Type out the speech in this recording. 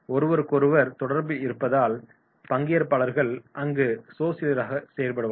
ஒருவருக்கொருவர் தொடர்பில் இருப்பதால் பங்கேற்பாளர்கள் அங்கு சோசலிசராக செயல்படுவார்கள்